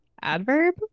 adverb